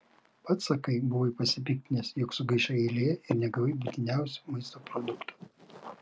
pats sakai kad buvai pasipiktinęs jog sugaišai eilėje ir negavai būtiniausių maisto produktų